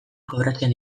kobratzen